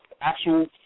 actual